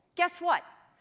guess what?